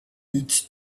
each